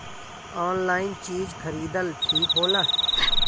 Online चीज खरीदल ठिक होला?